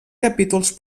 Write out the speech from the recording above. capítols